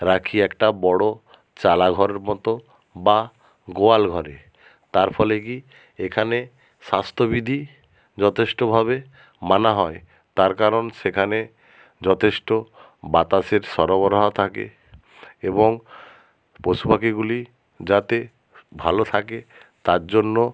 রাখি একটা বড় চালাঘরের মতো বা গোয়াল ঘরে তার ফলে কী এখানে স্বাস্থ্যবিধি যথেষ্টভাবে মানা হয় তার কারণ সেখানে যথেষ্ট বাতাসের সরবরাহ থাকে এবং পশু পাখিগুলি যাতে ভালো থাকে তার জন্য